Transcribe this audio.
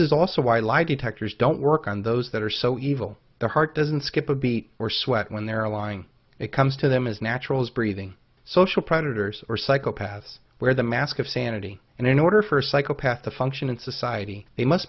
is also why lie detectors don't work on those that are so evil the heart doesn't skip a beat or sweat when they're lying it comes to them as natural as breathing social predators or psychopaths wear the mask of sanity and in order for a psychopath to function in society they must